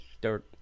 dirt